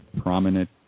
prominent